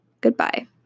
goodbye